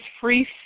free